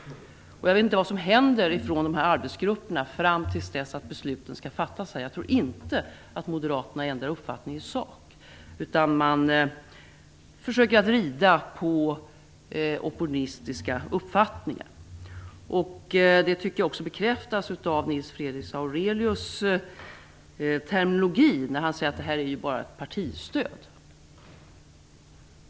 Jag vet inte vad som händer från arbetsgrupperna fram tills dess besluten skall fattas. Jag tror inte att Moderaterna ändrar uppfattning i sak, utan man försöker rida på opportunistiska uppfattningar. Det tycker jag också bekräftas av Nils Fredrik Aurelius terminologi när han säger att det bara är fråga om ett partistöd.